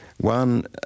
One